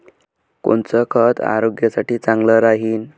कोनचं खत आरोग्यासाठी चांगलं राहीन?